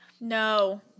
No